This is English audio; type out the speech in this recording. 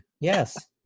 Yes